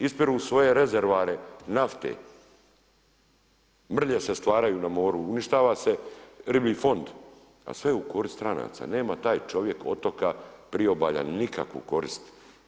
Ispiru svoje rezervoare nafte, mrlje se stvaraju na moru, uništava se riblji fond, a sve u korist stranaca, nema taj čovjek otoka, priobalja nikakvu korist.